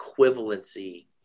equivalency